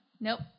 nope